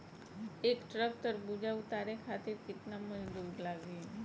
एक ट्रक तरबूजा उतारे खातीर कितना मजदुर लागी?